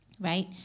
Right